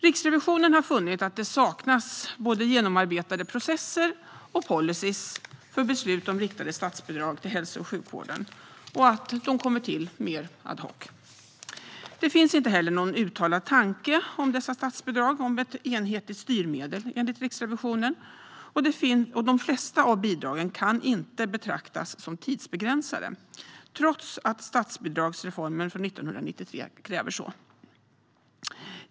Riksrevisionen har funnit att det saknas både genomarbetade processer och policyer för beslut om riktade statsbidrag till hälso och sjukvården och att de kommer till mer ad hoc. Det finns inte heller någon uttalad tanke om dessa statsbidrag som ett enhetligt styrmedel, enligt Riksrevisionen, och de flesta av bidragen kan inte betraktas som tidsbegränsade trots att statsbidragsreformen från 1993 kräver det.